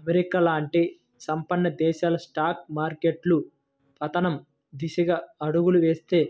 America లాంటి సంపన్న దేశాల స్టాక్ మార్కెట్లు పతనం దిశగా అడుగులు వేస్తే